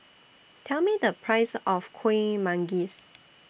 Tell Me The Price of Kueh Manggis